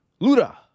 Luda